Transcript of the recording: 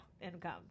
income